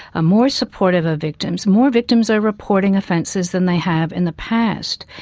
ah more supportive of victims, more victims are reporting offences than they have in the past.